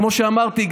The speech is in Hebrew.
כמו שאמרתי,